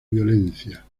violencia